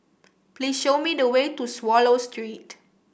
please show me the way to Swallow Street